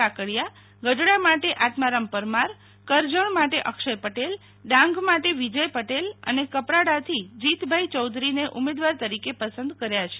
કાકડીયા ગઢડા માટે આત્મારામ પરમાર કરજણ માટે અક્ષય પટેલ ડાંગ માટે વિજય પટેલ અને કપરાડા થી જીતમભાઈ યૌધરીને ઉમેદવાર તરીકે પસંદ કર્યા છે